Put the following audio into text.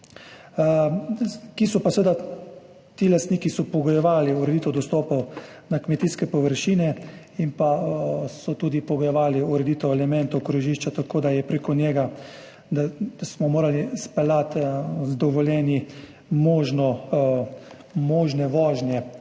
Ti lastniki so pogojevali z ureditvijo dostopov na kmetijske površine in so tudi pogojevali ureditev elementov krožišča tako, da je prek njega, da smo morali speljati z dovoljenji možne vožnje